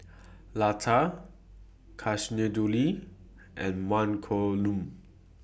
Lata Kasinadhuni and Mankombu